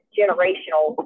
generational